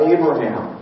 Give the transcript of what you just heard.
Abraham